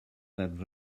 that